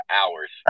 hours